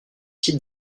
type